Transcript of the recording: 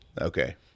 Okay